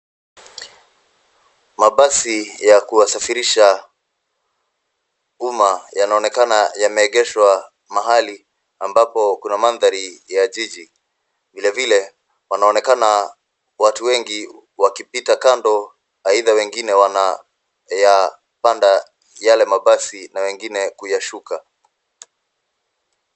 Mabasi ya kuwasafirisha umma yanaonekana yameegeshwa, mahali ambapo kuna mandhari ya jiji. Vilevile panaonekana watu wengi wakipita kando, aidha wengine wanayapanda yale mabasi na wengine kuyashuka.